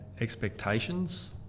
expectations